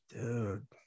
dude